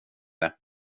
det